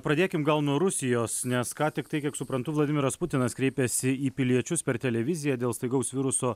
pradėkim gal nuo rusijos nes ką tik tai kiek suprantu vladimiras putinas kreipėsi į piliečius per televiziją dėl staigaus viruso